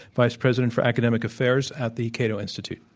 vice president for academic affairs at the cato institute.